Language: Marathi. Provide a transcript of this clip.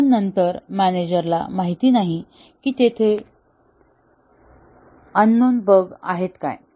पण नंतर मॅनेजरला माहित नाही की तेथे अननोन बग आहेत काय